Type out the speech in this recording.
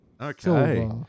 Okay